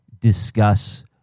discuss